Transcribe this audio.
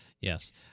Yes